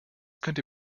könnte